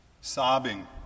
sobbing